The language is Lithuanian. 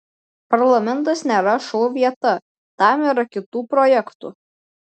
parlamentas nėra šou vieta tam yra kitų projektų